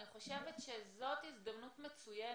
אני חושבת שזאת הזדמנות מצוינת,